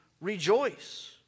rejoice